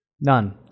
None